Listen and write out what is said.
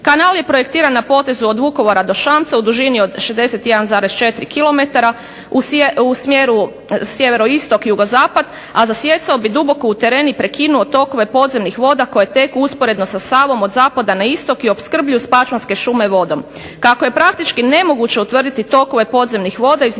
Kanal je projektiran na potezu od Vukovara do Šamca u dužini od 61,4 km u smjeru sjeveroistok-jugozapad, a zasijecao bi duboko u teren i prekinuo tokove podzemnih voda koje teku usporedno sa Savom od zapada na istok i opskrbljuju spačvanske šume vodom. Kako je praktički nemoguće utvrditi tokove podzemnih voda